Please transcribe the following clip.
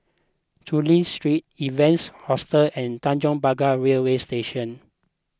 Chulia Street Evans Hostel and Tanjong Pagar Railway Station